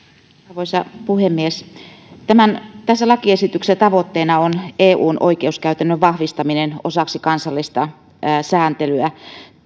arvoisa puhemies tässä lakiesityksessä tavoitteena on eun oikeuskäytännön vahvistaminen osaksi kansallista sääntelyä